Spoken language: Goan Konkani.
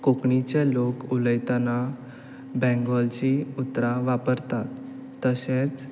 कोंकणीचे लोक उलयतना बेंगोलची उतरां वापरतात तशेंच